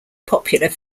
popular